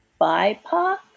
BIPOC